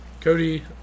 Cody